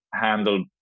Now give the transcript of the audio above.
handle